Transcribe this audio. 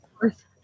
fourth